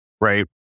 right